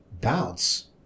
bounce